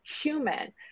human